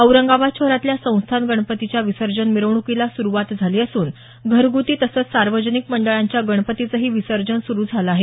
औरंगाबाद शहरातल्या संस्थान गणपतीच्या विसर्जन मिरवणुकीला सुरुवात झाली असून घरगृती तसंच सार्वजनिक मंडळांच्या गणपतींचंही विसर्जन सुरु झालं आहे